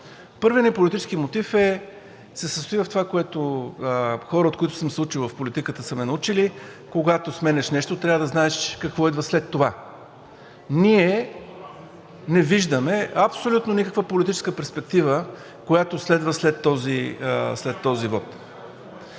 Първият ни политически мотив се състои в това хора, от които съм се учил в политиката, са ме научили, когато сменяш нещо, трябва да знаеш какво идва след това. Ние не виждаме абсолютно никаква политическа перспектива, която следва след този вот,